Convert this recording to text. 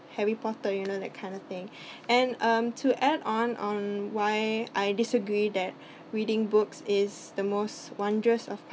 harry potter you know that kind of thing and um to add on on why I disagree that reading books is the most wondrous of